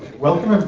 welcome